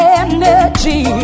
energy